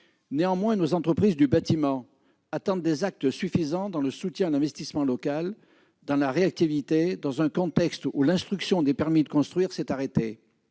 pas moins que nos entreprises du bâtiment attendent des actes suffisants dans le soutien à l'investissement local et dans la réactivité, dans un contexte où l'instruction des permis de construire s'est arrêtée.